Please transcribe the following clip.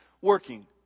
working